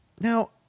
now